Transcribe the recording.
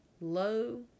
low